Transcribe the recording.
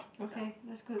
okay that's good